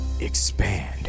Expand